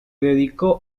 dedicó